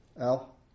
Al